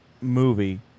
movie